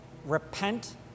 Repent